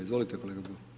Izvolite kolega Bulj.